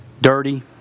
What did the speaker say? dirty